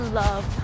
love